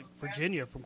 Virginia